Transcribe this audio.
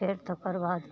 फेर तकरबाद